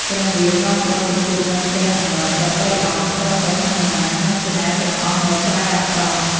ព្រះរាមនាំបុត្រទៅជួបនឹងព្រះអនុជទាំងបីអង្គ ព្រមទាំងហនុមាននិងសេនាទាំងអស់នៅក្រៅអាស្រម។